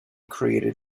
created